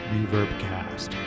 ReverbCast